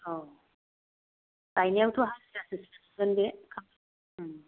औ गायनायावथ' हाजिरासो सोगोन बे